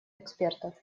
экспертов